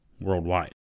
worldwide